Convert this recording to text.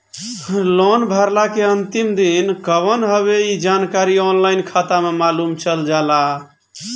loan भरला के अंतिम दिन कवन हवे इ जानकारी ऑनलाइन खाता में मालुम चल जाला